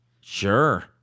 Sure